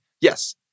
Yes